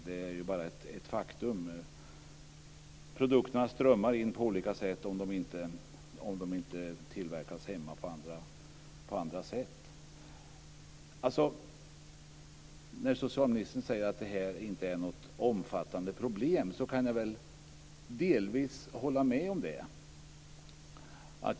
Det är bara ett faktum. Produkterna strömmar in på olika sätt, om de inte tillverkas hemma. När socialministern säger att det här inte är något omfattande problem kan jag delvis hålla med om det.